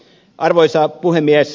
arvoisa puhemies